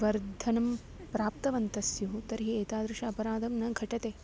वर्धनं प्राप्तवन्तस्स्युः तर्हि एतादृशः अपराधः न घटते